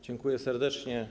Dziękuję serdecznie.